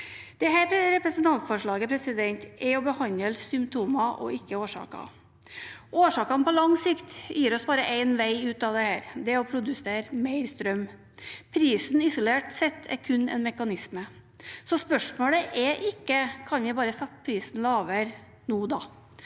Dette representantforslaget forsøker å behandle symptomer og ikke årsaker. På lang sikt er det bare én vei ut av dette, og det er å produsere mer strøm. Prisen isolert sett er kun en mekanisme. Spørsmålet er ikke: Kan vi ikke da bare sette prisen lavere nå?